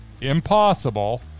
impossible